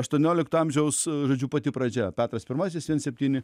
aštuoniolikto amžiaus žodžiu pati pradžia petras pirmasis viens septyni